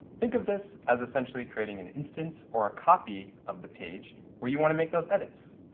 think of this as essentially creating an instance, or a copy of the page, where you want to make those edits.